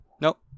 Nope